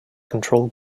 control